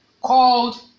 called